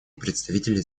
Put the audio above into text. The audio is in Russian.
представителей